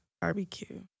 Barbecue